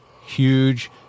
huge